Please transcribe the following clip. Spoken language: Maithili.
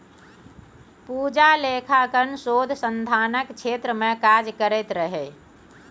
पूजा लेखांकन शोध संधानक क्षेत्र मे काज करैत रहय